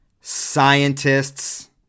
scientists